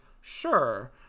sure